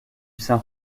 saint